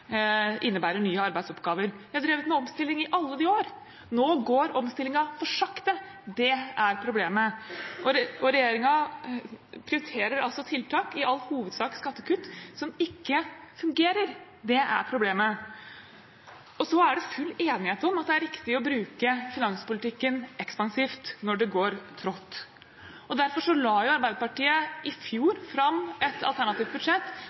innebærer nye arbeidsoppgaver. Vi har drevet med omstilling i alle de år. Nå går omstillingen for sakte, det er problemet. Regjeringen prioriterer tiltak, i all hovedsak skattekutt, som ikke fungerer. Det er problemet. Det er full enighet om at det er riktig å bruke finanspolitikken ekspansivt når det går trått. Derfor la Arbeiderpartiet i fjor fram et alternativt budsjett